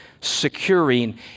securing